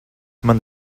man